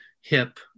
hip